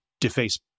deface